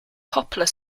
poplar